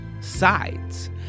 sides